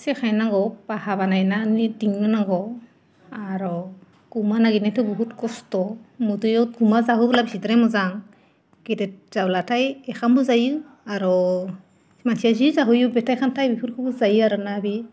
फोरोंनांगौ हाबा नायनानै नांगौ आरो गुमा नागिरनायाथ' बहुत कस्त' उन्दैयाव गुमा जाहोबोला बिसिद्राय मोजां गिदिर जाब्लाथाय ओंखामबो जायो आरो मानसिया जि जाहोयो फिथाइ सामथाय बोफोरखौबो जायो आरो ना बि